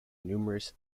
numerous